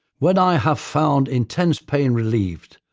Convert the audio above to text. when i have found intense pain relieved,